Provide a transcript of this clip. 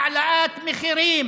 העלאת מחירים